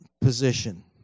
position